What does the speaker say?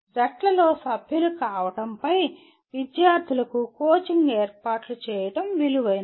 జట్లలో సభ్యులు కావడంపై విద్యార్థులకు కోచింగ్ ఏర్పాట్లు చేయడం విలువైనదే